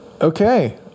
Okay